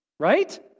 Right